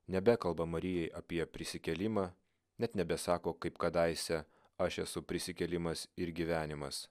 nebekalba marijai apie prisikėlimą net nebesako kaip kadaise aš esu prisikėlimas ir gyvenimas